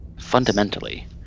fundamentally